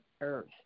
earth